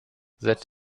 that